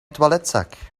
toiletzak